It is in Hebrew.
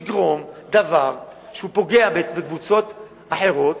לגרום דבר שהוא פוגע בקבוצות אחרות,